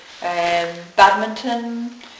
Badminton